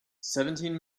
seventeen